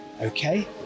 Okay